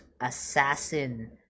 assassin